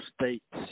states